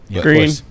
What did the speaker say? Green